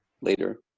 later